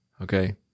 Okay